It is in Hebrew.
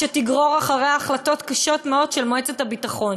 שתגרור אחריה החלטות קשות מאוד של מועצת הביטחון